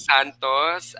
Santos